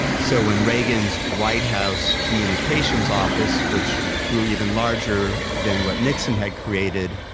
so when reagan's white house communications office, which grew even larger than what nixon had created,